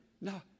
No